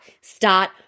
start